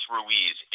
Ruiz